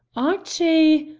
archie,